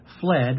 fled